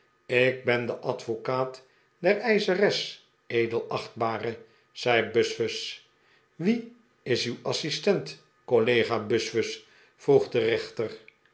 ik ben de advocaat der eischeres edelachtbare zei buzfuz wie is uw assistent collega buzfuz vroeg de rechter